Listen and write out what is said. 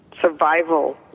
survival